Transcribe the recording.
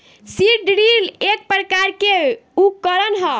seed drill एक प्रकार के उकरण ह